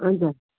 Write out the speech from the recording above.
हजुर